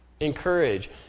encourage